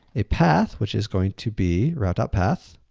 a path which is going to be route ah path,